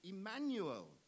Emmanuel